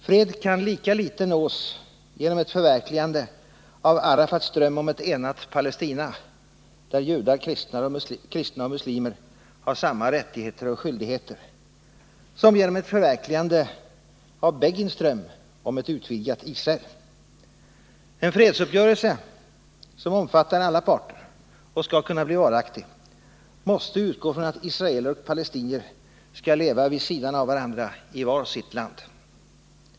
Fred kan lika litet nås genom ett förverkligande av Arafats dröm om ett enat Palestina — där judar, kristna och muslimer har samma rättigheter och skyldigheter — som genom ett förverkligande av Begins dröm om ett utvidgat Israel. En fredsuppgörelse, som omfattar alla parter och skall kunna bli varaktig, måste utgå från att israeler och palestinier skall leva vid sidan av varandra i var sitt land.